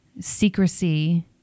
secrecy